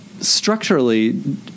Structurally